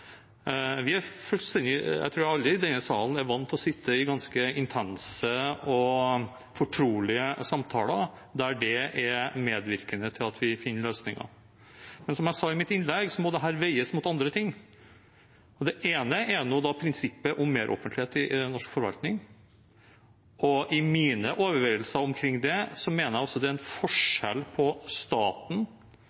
vi fornøyd med det. Jeg er litt overrasket over statsrådens store engasjement for å øke mulighetene for hemmeligholdelse i offentlig forvaltning. Jeg tror alle i denne salen er vant til å sitte i ganske intense og fortrolige samtaler, der det er medvirkende til at vi finner løsninger. Men som jeg sa i mitt innlegg, må dette veies opp mot andre ting, og det ene er da prinsippet om meroffentlighet i norsk forvaltning. I mine overveielser omkring det mener jeg også